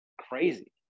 crazy